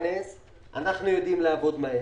אנחנו יודעים לעבוד מהר.